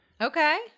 Okay